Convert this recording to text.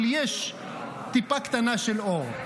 אבל יש טיפה קטנה של אור,